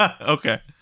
Okay